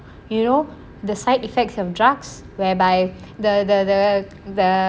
you know the side effects of drugs whereby the the the the